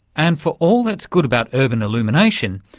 and for all that's good about urban illumination,